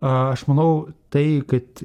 aš manau tai kad